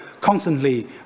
constantly